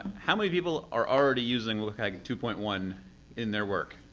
how many people are already using wcag two point one in their work?